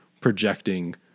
projecting